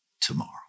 tomorrow